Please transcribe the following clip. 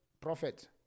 prophet